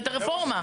הרפורמה.